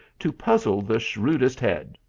to puzzle the shrewdest head.